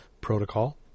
Protocol